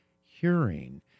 hearing